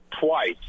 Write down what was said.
twice